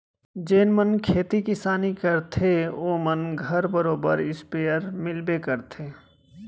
जेन मन खेती किसानी करथे ओ मन घर बरोबर इस्पेयर मिलबे करथे